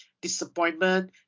disappointment